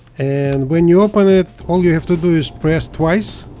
and when you open it all you have to do is press twice